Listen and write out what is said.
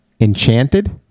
Enchanted